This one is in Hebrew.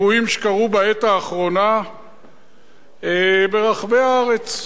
אירועים שקרו בעת האחרונה ברחבי הארץ: